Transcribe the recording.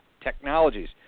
Technologies